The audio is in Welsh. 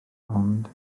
ond